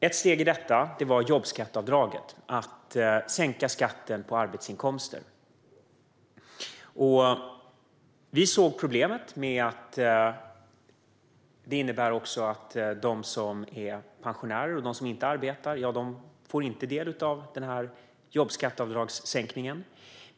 Ett steg i detta var jobbskatteavdraget, det vill säga att sänka skatten på arbetsinkomster. Vi såg problemet med att pensionärer och de som inte arbetar inte får del av jobbskatteavdraget.